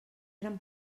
eren